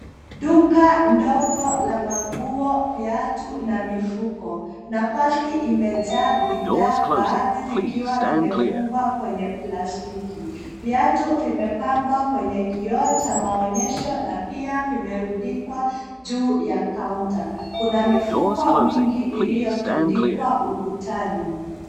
Duka ndogo la manguo, viatu na mifuko. Nafasi imejaa bidhaa baadhi zikiwa zimefungwa kwenye plastiki. Viatu vimepangwa kwenye kioo cha maonyesho na pia vimerundikwa juu ya kaunta. Kuna mifuko mingi iliyotundikwa ukutani.